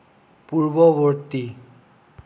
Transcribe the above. পূৰ্ববৰ্তী